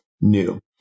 new